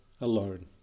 Alone